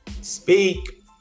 speak